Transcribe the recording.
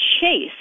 chase